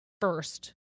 first